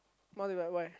more developed why